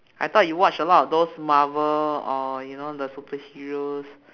I thought you watch a lot of those marvel or you know the superheroes